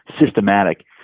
systematic